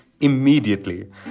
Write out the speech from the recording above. immediately